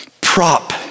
prop